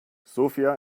sofia